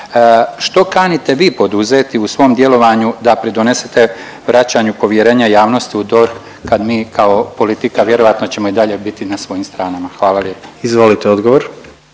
Što kanite vi poduzeti u svom djelovanju da pridonesete vraćanju povjerenja javnosti u DORH kad mi kao politika vjerojatno ćemo i dalje biti na svojim stranama? Hvala lijepa. **Jandroković,